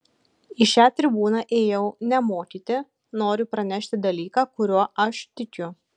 į šią tribūną ėjau ne mokyti noriu pranešti dalyką kuriuo aš tikiu